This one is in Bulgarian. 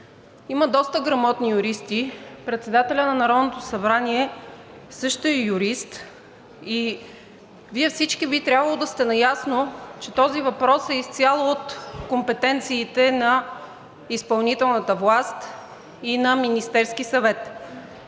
Има доста грамотни юристи, председателят на Народното събрание също е юрист и Вие всички би трябвало да сте наясно, че този въпрос е изцяло от компетенциите на изпълнителната власт и на Министерския съвет.